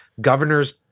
governor's